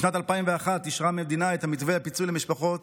בשנת 2001 אישרה המדינה את מתווה הפיצוי למשפחות